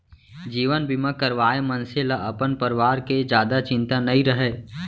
जीवन बीमा करवाए मनसे ल अपन परवार के जादा चिंता नइ रहय